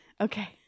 Okay